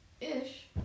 ish